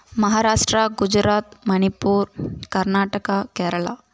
Maharashtra Gujarat Manipur Karnataka Kerala